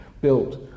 built